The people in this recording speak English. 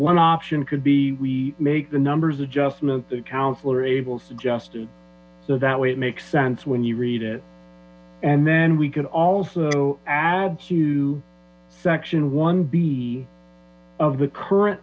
one option could be we make the numbers adjustment that councilor ables suggested that way it makes sense when you read it and then we could also add to section one b of the current